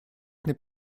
n’est